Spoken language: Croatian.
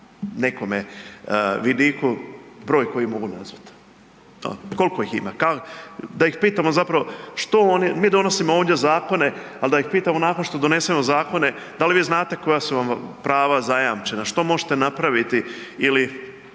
nekome vidiku broj koji mogu nazvat? Kolko ih ima? Da ih pitamo zapravo, mi donosimo ovdje zakone, al da ih pitamo nakon što donesemo zakone da li vi znate koja su vam prava zajamčena, što možete napraviti ili